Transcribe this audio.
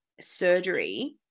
surgery